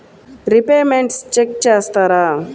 Repayments check చేస్తారా?